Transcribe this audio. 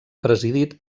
presidit